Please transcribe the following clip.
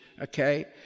okay